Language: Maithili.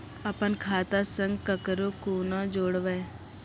अपन खाता संग ककरो कूना जोडवै?